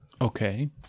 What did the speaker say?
Okay